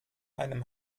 einem